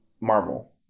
Marvel